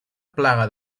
plaga